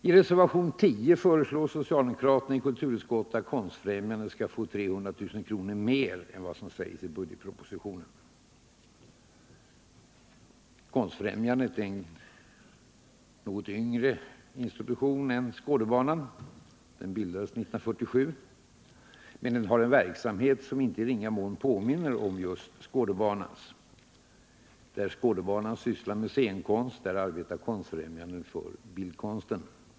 I reservationen 10 föreslår socialdemokraterna i kulturutskottet att Konstfrämjandet skall få 300 000 kr. mer än vad som föreslås i budgetpropositionen. Konstfrämjandet är en något yngre institution än Skådebanan — det bildades 1947. Det har en verksamhet som i icke ringa mån påminner om Skådebanans, men där Skådebanan sysslar med scenkonst, där arbetar Konstfrämjandet för bildkonsten.